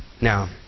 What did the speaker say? Now